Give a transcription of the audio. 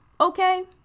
Okay